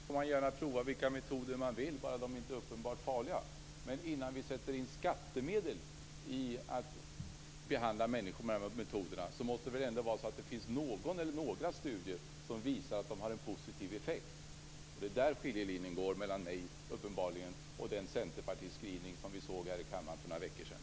Fru talman! För mig får man gärna prova vilka metoder man vill, om de inte är uppenbart farliga. Men innan vi sätter in skattemedel i olika behandlingsmetoder måste det ändå finnas någon eller några studier som visar att de har en positiv effekt. Det är där som skiljelinjen går mellan mig och den centerpartiskrivning som vi såg här i kammaren för några veckor sedan.